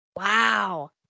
Wow